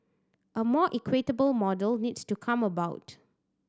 a more equitable model needs to come about